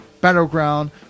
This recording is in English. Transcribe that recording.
Battleground